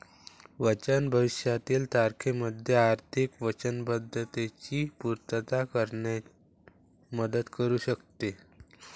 बचत भविष्यातील तारखेमध्ये आर्थिक वचनबद्धतेची पूर्तता करण्यात मदत करू शकते